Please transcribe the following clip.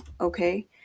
Okay